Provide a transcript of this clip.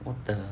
what the